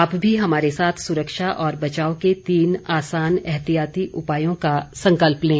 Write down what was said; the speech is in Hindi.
आप भी हमारे साथ सुरक्षा और बचाव के तीन आसान एहतियाती उपायों का संकल्प लें